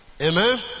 Amen